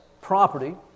property